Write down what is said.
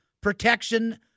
protection